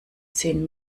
zehn